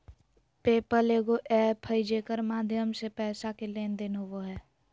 पे पल एगो एप्प है जेकर माध्यम से पैसा के लेन देन होवो हय